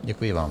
Děkuji vám.